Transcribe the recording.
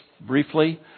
briefly